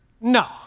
No